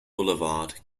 boulevard